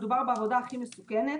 מדובר בעבודה הכי מסוכנת.